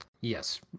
yes